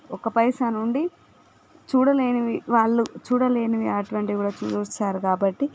ఒక పైసా నుండి చూడలేనివి వాళ్ళు చూడలేని అటువంటివట్లా చూస్తున్నారు కాబట్టి